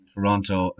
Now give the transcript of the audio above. Toronto